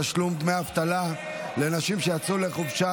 תשלום דמי אבטלה לנשים שיצאו לחופשה